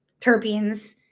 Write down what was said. terpenes